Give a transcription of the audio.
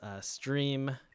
stream